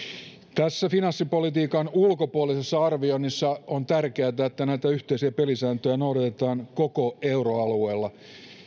finanssipolitiikan ulkopuolisessa arvioinnissa on tärkeätä että yhteisiä pelisääntöjä noudatetaan koko euroalueella